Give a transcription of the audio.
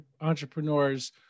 entrepreneurs